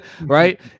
Right